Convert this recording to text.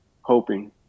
hoping